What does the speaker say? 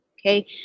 Okay